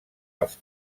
els